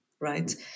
right